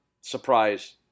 surprise